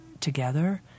together